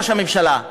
ראש הממשלה,